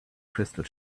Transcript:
crystal